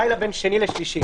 בלילה בין שני לשלישי.